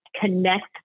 connect